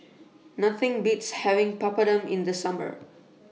Nothing Beats having Papadum in The Summer